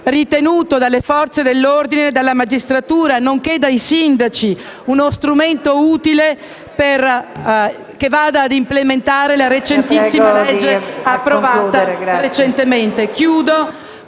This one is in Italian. ritenuto dalle Forze dell'ordine, dalla magistratura, nonché dai sindaci uno strumento utile, che va ad implementare la normativa recentemente